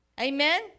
Amen